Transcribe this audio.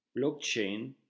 blockchain